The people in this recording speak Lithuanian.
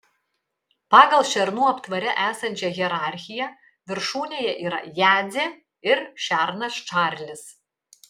pagal šernų aptvare esančią hierarchiją viršūnėje yra jadzė ir šernas čarlis